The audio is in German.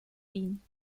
wien